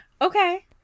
Okay